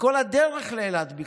וכל הדרך לאילת בכלל,